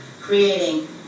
creating